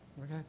okay